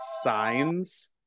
signs